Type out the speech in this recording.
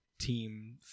team